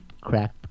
crack